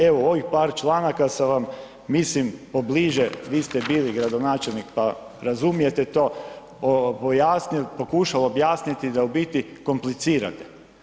Evo ovih par članaka sa vam mislim pobliže, vi ste bili gradonačelnik pa razumijete to, pojasnio, pokušao objasniti da u biti komplicirate.